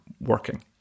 working